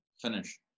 finish